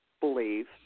believe